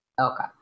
Okay